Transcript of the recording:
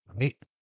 Right